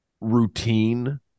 routine